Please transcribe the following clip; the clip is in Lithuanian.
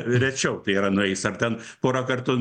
rečiau tai yra nueis ar ten porą kartų